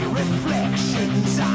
reflections